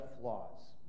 flaws